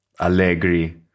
Allegri